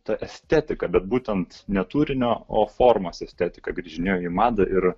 ta estetika bet būtent ne turinio o formos estetika grįžinėjo į madą ir